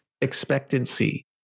expectancy